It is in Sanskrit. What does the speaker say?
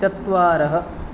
चत्वारः